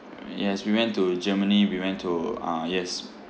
yes we went to germany we went to uh yes